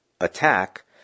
attack